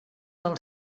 del